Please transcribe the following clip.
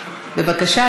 בבקשה,